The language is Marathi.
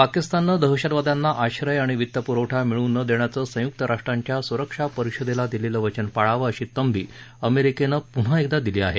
पाकिस्ताननं दहशतवादयांना आश्रय आणि वित् प्रवठा मिळू न देण्याचं संयुक्त राष्ट्रांच्या सुरक्षा परिषदेला दिलेलं वचन पाळावं अशी तंबी अमेरिकेनं पून्हा एकदा दिली आहे